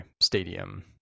stadium